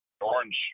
orange